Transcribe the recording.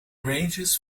ranges